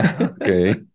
Okay